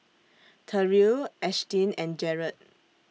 Terrill Ashtyn and Jaret